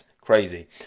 crazy